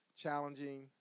challenging